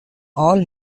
all